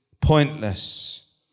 pointless